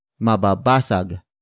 mababasag